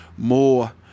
more